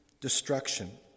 destruction